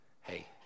hey